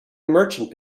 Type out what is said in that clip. merchant